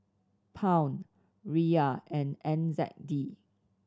Pound Riyal and N Z D